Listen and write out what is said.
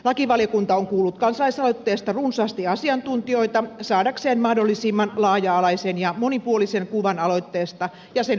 lakivaliokunta on kuullut kansalaisaloitteesta runsaasti asiantuntijoita saadakseen mahdollisimman laaja alaisen ja monipuolisen kuvan aloitteesta ja sen vaikutuksista